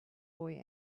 boy